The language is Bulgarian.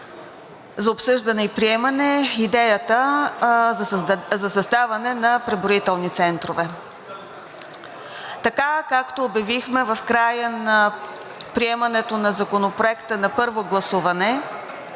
за обсъждане и приемане идеята за създаване на преброителни центрове, така, както обявихме в края на приемането на Законопроекта на първо гласуване,